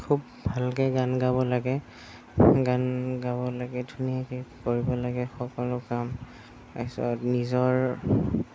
খুব ভালকৈ গান গাব লাগে গান গাব লাগে ধুনীয়াকৈ কৰিব লাগে সকলো কাম তাৰ পাছত নিজৰ